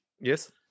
Yes